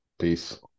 peace